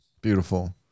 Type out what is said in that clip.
Beautiful